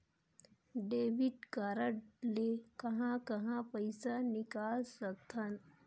Debit card ले कहां कहां पइसा निकाल सकथन?